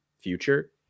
future